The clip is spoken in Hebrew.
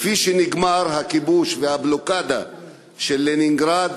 כפי שנגמרו הכיבוש והבלוקדה של לנינגרד